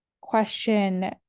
question